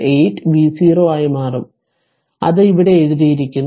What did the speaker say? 368 V0 ആയി മാറും അത് ഇവിടെ എഴുതിയിരിക്കുന്നു